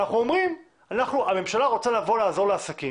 אנחנו אומרים, הממשלה רוצה לבוא לעזור לעסקים,